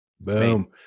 boom